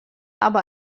aber